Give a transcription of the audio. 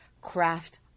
craft